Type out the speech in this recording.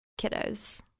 kiddos